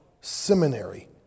seminary